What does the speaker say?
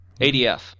ADF